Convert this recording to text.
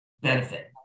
benefit